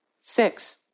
Six